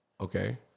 Okay